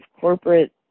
corporate